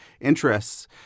interests